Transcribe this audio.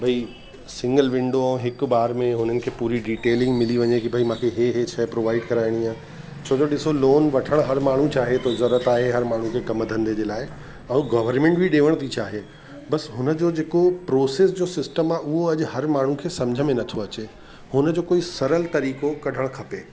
भई single window आहे हिकु बार में हुननि खे पूरी डिटेलिंग मिली वञे की भई मूंखे इहे इहे शइ प्रोवाइड कराइणी आहे छोजो ॾिसो लोन वठण हर माण्हू चाहे थो ज़रूरत आहे हर माण्हू जे कमु धंधे जे लाइ ऐं गवर्मेंट बि ॾियण थी चाहे बसि हुन जो जेको प्रोसेस जो सिस्टम आहे उहो अॼु हर माण्हू खे सम्झ में नथो अचे हुन जो कोई सरल तरीक़ो कढणु खपे